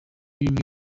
bimwe